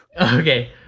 okay